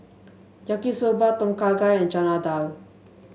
Yaki Soba Tom Kha Gai and Chana Dal